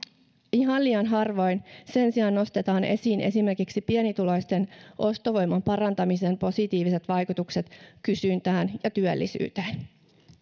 ihan liian harvoin sen sijaan nostetaan esiin esimerkiksi pienituloisten ostovoiman parantamisen positiiviset vaikutukset kysyntään ja työllisyyteen